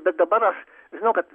bet dabar žinau kad